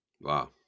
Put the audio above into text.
wow